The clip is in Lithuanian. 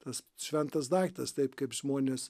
tas šventas daiktas taip kaip žmonės